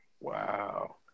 Wow